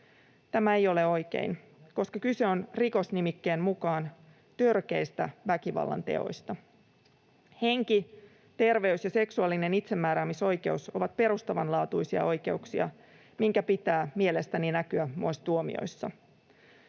Tämä ei ole oikein, koska kyse on rikosnimikkeen mukaan törkeistä väkivallanteoista. Henki, terveys ja seksuaalinen itsemääräämisoikeus ovat perustavanlaatuisia oikeuksia, minkä pitää mielestäni näkyä myös tuomioissa.